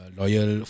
loyal